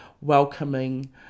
welcoming